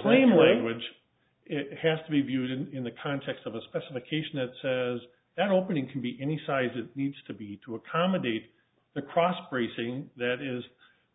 claim language has to be viewed in the context of a specification that says that opening can be any size it needs to be to accommodate the cross bracing that is